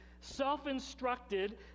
self-instructed